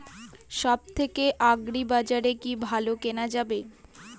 সব থেকে আগ্রিবাজারে কি ভালো কেনা যাবে কি?